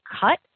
cut